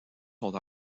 sont